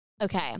Okay